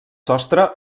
sostre